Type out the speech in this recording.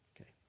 Okay